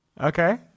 Okay